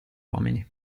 uomini